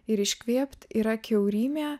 ir iškvėpt yra kiaurymė